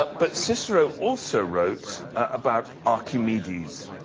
but but cicero also wrote about archimedes.